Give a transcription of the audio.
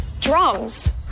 drums